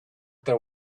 there